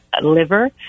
liver